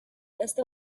este